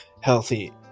healthy